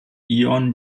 ion